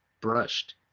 brushed